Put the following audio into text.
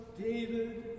David